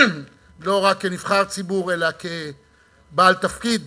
לא רק כנבחר ציבור אלא כבעל תפקיד